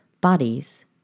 Bodies